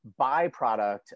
byproduct